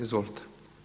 Izvolite.